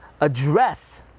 address